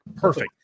perfect